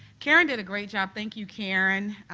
karen did a great job, thank you, karen,